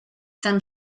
tan